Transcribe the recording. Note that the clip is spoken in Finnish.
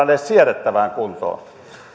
edes siedettävään kuntoon